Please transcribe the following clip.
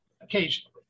occasionally